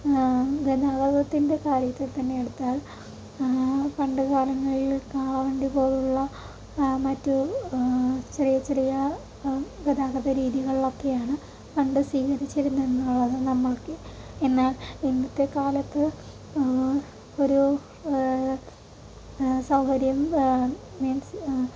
ഗതാഗതത്തിൻ്റെ കാര്യത്തിൽ തന്നെ എടുത്താൽ പണ്ടു കാലങ്ങളിൽ കാളവണ്ടി പോലുള്ള മറ്റ് ചെറിയ ചെറിയ ഗതാഗത രീതികളൊക്കെയാണ് പണ്ട് സീകരിച്ചിരുന്നത് എന്നുള്ളത് നമ്മൾക്ക് എന്നാൽ ഇന്നത്തെ കാലത്ത് ഒരു സൗകര്യം മീൻസ്